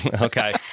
Okay